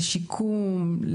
לשיקום,